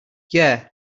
yeah